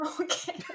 Okay